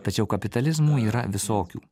tačiau kapitalizmų yra visokių